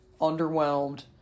underwhelmed